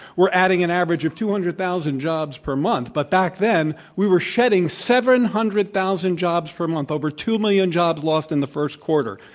we're adding an average of two hundred thousand jobs per month, but back then we were shedding seven hundred thousand jobs per month, over two million jobs lost in the first quarter.